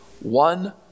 one